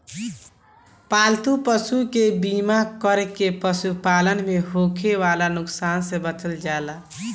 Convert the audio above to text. पालतू पशु के बीमा कर के पशुपालन में होखे वाला नुकसान से बचल जाला